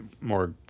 more